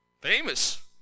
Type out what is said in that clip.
Famous